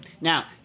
Now